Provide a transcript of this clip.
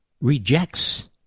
rejects